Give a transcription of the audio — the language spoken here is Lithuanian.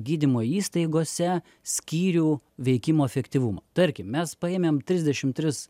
gydymo įstaigose skyrių veikimo efektyvumą tarkim mes paėmėm trisdešim tris